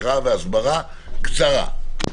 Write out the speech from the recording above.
הקראה והסברה קצרה.